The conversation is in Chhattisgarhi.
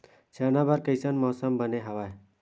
चना बर कइसन मौसम बने हवय?